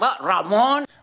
Ramon